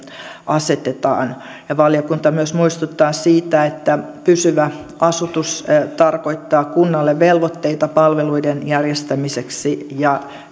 asetetaan valiokunta myös muistuttaa siitä että pysyvä asutus tarkoittaa kunnalle velvoitteita palveluiden järjestämiseksi ja